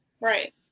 Right